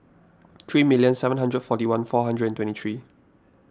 three million seven hundred forty one four hundred and thirty two